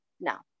now